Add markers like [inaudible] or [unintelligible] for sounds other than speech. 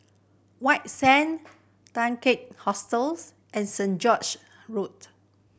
White Sand [unintelligible] Hostels and Saint George Road